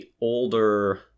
older